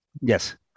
Yes